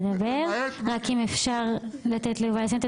רק אם אפשר לו לסיים.